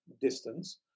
distance